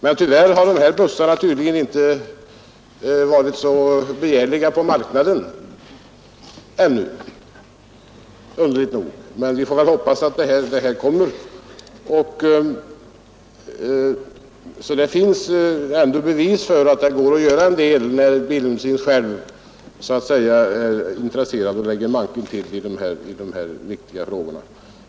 Men tyvärr har de här bussarna tydligen ännu inte varit så begärliga på marknaden — underligt nog. Dessa bussar är ändå ett bevis för att det går att göra en del när bilindustrin själv är intresserad av de här viktiga frågorna och lägger manken till.